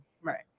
Right